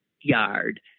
yard